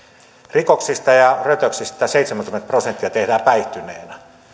rikoksista ja rötöksistä seitsemänkymmentä prosenttia tehdään päihtyneenä